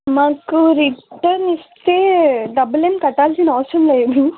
మాకు రిటర్న్ ఇస్తే డబ్బులేమి కట్టాల్సిన అవసరం లేదు